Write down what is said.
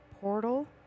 portal